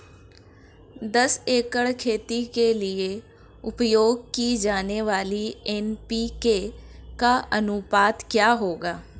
दस एकड़ खेती के लिए उपयोग की जाने वाली एन.पी.के का अनुपात क्या होगा?